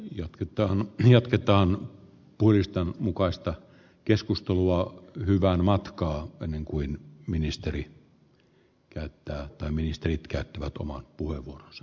jatketaan ja tuetaan puiston mukaista keskustelua hyvän matkaa ennen kuin ministeri käyttää pääministerit käyttävät käsittelyn yhteydessä